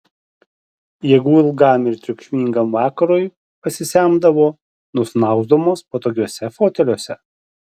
jėgų ilgam ir triukšmingam vakarui pasisemdavo nusnausdamos patogiuose foteliuose